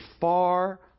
far